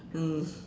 mm